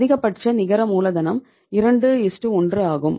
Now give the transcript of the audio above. அதிகபட்ச நிகர மூலதனம் 21 ஆகும்